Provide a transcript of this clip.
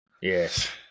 Yes